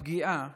הפגיעה